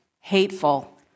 hateful